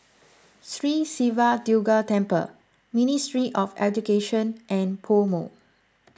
Sri Siva Durga Temple Ministry of Education and PoMo